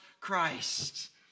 Christ